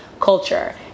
culture